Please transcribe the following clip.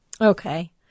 okay